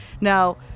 Now